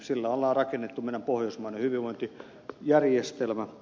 sillä on rakennettu meidän pohjoismainen hyvinvointijärjestelmä